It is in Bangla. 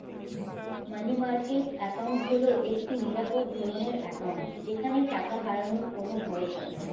মানি মার্কেট অ্যাকাউন্ট হল একটি নিরাপদ ধরনের অ্যাকাউন্ট যেখানে টাকা হারানোর কোনো ভয় থাকেনা